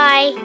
Bye